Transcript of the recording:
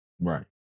Right